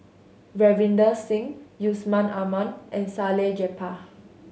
Ravinder Singh Yusman Aman and Salleh Japar